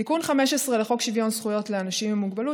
תיקון 15 לחוק שוויון זכויות לאנשים עם מוגבלות,